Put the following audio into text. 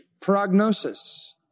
Prognosis